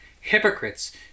Hypocrites